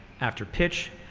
after pitch,